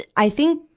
i think,